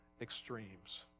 extremes